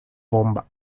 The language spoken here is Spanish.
bomba